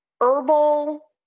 herbal